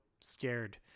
scared